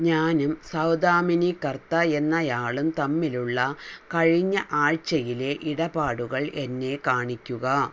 ഞാനും സൗദാമിനി കർത്ത എന്നയാളും തമ്മിലുള്ള കഴിഞ്ഞ ആഴ്ചയിലെ ഇടപാടുകൾ എന്നെ കാണിക്കുക